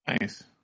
Nice